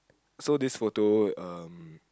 so this photo um